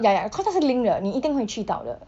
ya ya because 它是 link 的你一定会去到的